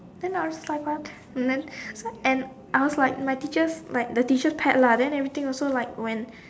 then I was like what and then and I was like the teacher like the teacher's pet lah then everything also like when